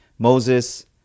Moses